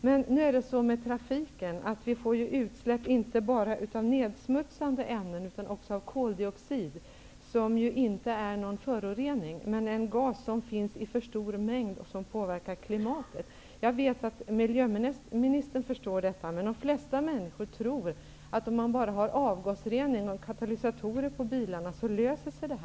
Men genom trafiken får vi utsläpp inte bara av nedsmutsande ämnen, utan också av koldioxid, som inte är någon förorening, men en gas som finns i för stor mängd och som påverkar klimatet. Jag vet att miljöministern förstår detta. Men de flesta människor tror att om man bara har avgasrening och katalysatorer på bilarna löser sig detta.